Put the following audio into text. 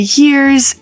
years